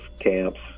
camps